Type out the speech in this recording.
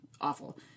awful